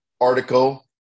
article